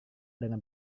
dengan